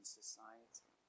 society